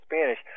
Spanish